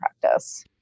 practice